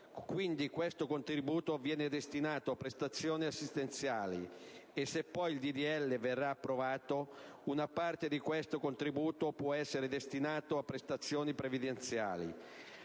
Quindi questo contributo viene destinato a prestazioni assistenziali e, se poi il disegno di legge verrà approvato, una parte di questo contributo potrà essere destinata a prestazioni previdenziali.